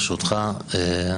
ברשותך,